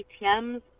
ATMs